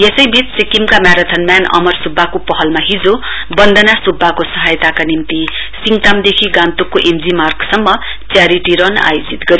यसैबीच सिक्किमका marathon man Amar सुब्बाको पहलमा हिजो बन्दना सुब्बाको सहायताका निम्ति सिङतामदेखि गान्तोकको एमजी मार्गसम्म च्यारिटी रन आयोजित गरियो